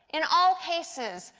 in all cases,